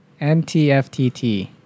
NTFTT